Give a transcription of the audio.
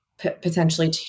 potentially